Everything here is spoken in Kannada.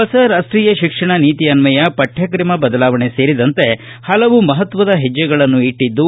ಹೊಸ ರಾಷ್ಷೀಯ ಶಿಕ್ಷಣ ನೀತಿ ಅನ್ವಯ ಪಠ್ಮಕ್ರಮ ಬದಲಾವಣೆ ಸೇರಿದಂತೆ ಹಲವು ಮಹತ್ವದ ಹೆಜ್ಜೆಗಳನ್ನು ಇಟ್ಲಿದ್ದು